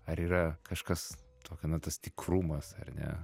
ar yra kažkas tokio na tas tikrumas ar ne